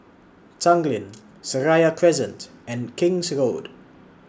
Tanglin Seraya Crescent and King's Road